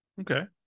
Okay